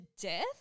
death